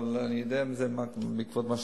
אבל אני יודע את זה בעקבות מה שבדקתי.